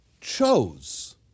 chose